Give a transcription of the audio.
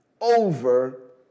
over